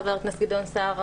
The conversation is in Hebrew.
חבר הכנסת גדעון סער,